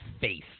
face